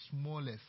smallest